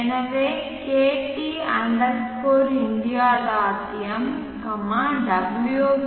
என்னிடம் kt India